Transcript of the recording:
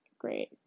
great